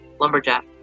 lumberjack